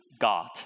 God